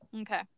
Okay